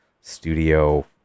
studio